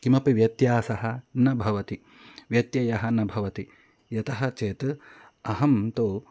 किमपि व्यत्यासः न भवति व्यत्ययः न भवति यतः चेत् अहं तु